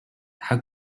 how